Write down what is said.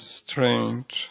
strange